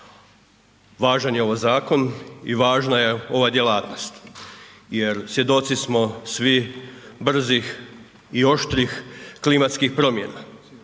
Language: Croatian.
Važan je ovo zakon i važna je ova djelatnost jer svjedoci smo svi brzih i oštrih klimatskih promjena.